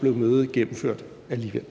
blev mødet gennemført alligevel.